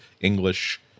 English